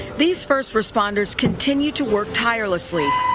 these first responders continued to work tirelessly.